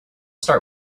start